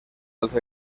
als